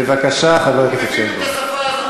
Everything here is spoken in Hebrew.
בבקשה, חבר הכנסת שטבון.